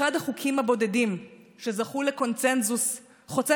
אחד החוקים הבודדים שזכו לקונסנזוס חוצה